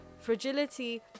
fragility